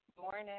morning